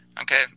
Okay